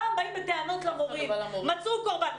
הפעם באים בטענות למורים, מצאו קורבן.